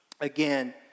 again